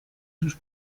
sus